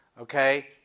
Okay